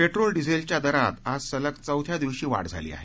petrol डिझेलच्या दरात आज सलग चौथ्या दिवशी वाढ झाली आहे